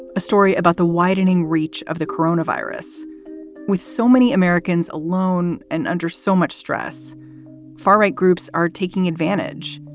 a story about the widening reach of the corona virus with so many americans alone and under so much stress far right groups are taking advantage.